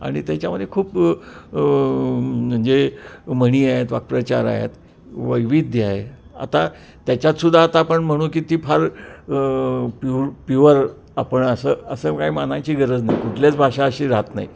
आणि त्याच्यामध्ये खूप म्हणजे म्हणी आहेत वाकप्रचार आहेत वैविध्य आहे आता त्याच्यातसुद्धा आता आपण म्हणू की ती फार प्युर प्युअर आपण असं असं काय मानायची गरज नाही कुठल्याच भाषा अशी राहत नाही